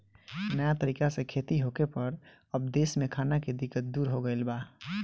नया तरीका से खेती होखे पर अब देश में खाना के दिक्कत दूर हो गईल बा